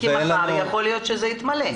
כי מחר יכול להיות שזה יתמלא.